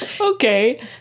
Okay